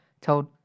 Told